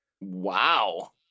Wow